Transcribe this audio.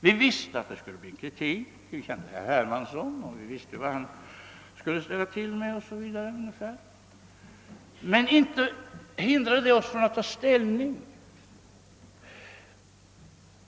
Vi visste att det skulle bli kritik; vi känner herr Hermansson och visste ungefär vad han skulle ställa till med, men detta hindrade oss inte från att ta ställning.